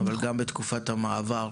אבל גם בתקופת המעבר